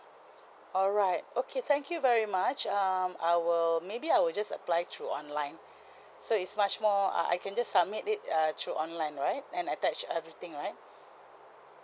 alright okay thank you very much um I will maybe I will just apply through online so it's much more uh I can just submit it uh through online right and attach everything right